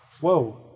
Whoa